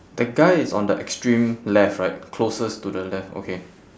the guy is on the extreme left right closest to the left okay